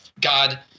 God